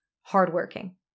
hardworking